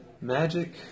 Magic